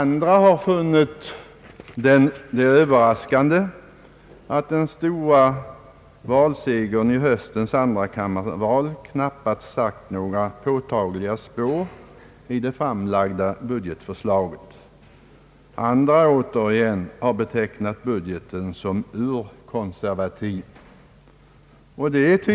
Några har funnit det överraskande att den stora valsegern i höstens andrakammarval knappast satt några påtagliga spår i det framlagda budgetförslaget. Andra återigen har betecknat budgeten som urkonservativ.